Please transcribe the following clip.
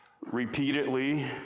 repeatedly